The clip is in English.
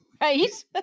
Right